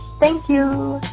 thank you.